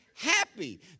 happy